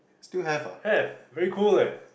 still have ah